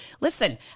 listen